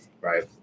Right